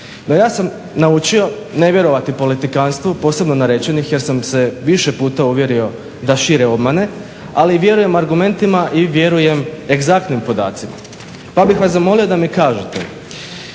ja sam naučio nevjerovati politikantstvu posebno narečenih jer sam se više puta uvjerio da šire obmane ali vjerujem argumentima i vjerujem egzaktnim podacima. Pa bih vas zamolio da mi kažete